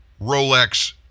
Rolex